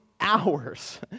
hours